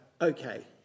okay